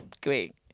Great